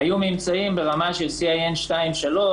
היו ממצאים ברמה של CIN 2-3 ,